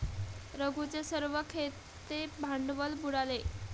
रघूचे सर्व खेळते भांडवल बुडाले